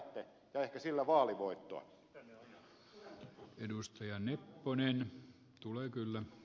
sitäkö te nyt ajatte ja ehkä sillä vaalivoittoa